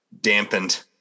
dampened